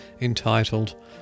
entitled